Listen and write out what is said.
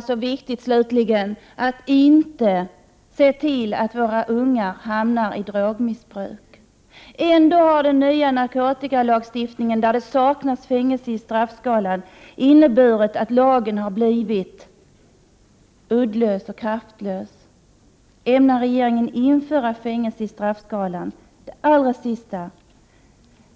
Statsrådet menade att det är viktigt att se till att våra ungdomar inte hamnar i drogmissbruk. Ändå har den nya narkotikalagstiftningen, där det saknas fängelse i straffskalan, blivit uddlös och kraftlös. Ämnar regeringen införa fängelse i straffskalan? Till sist: